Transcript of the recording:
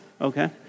okay